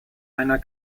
einer